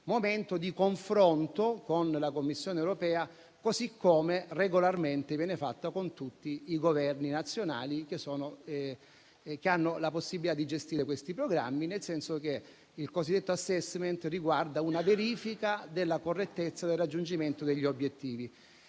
momento di confronto, così come regolarmente viene fatto con tutti i Governi nazionali che hanno la possibilità di gestire questi programmi, nel senso che il cosiddetto *assessment* riguarda una verifica della correttezza del raggiungimento degli obiettivi.